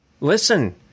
Listen